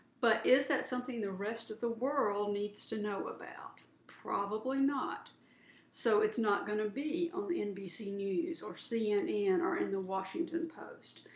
but is that something the rest of the world needs to know about? probably not so it's not going to be on nbc news, or cnn, or in the washington post.